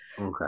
Okay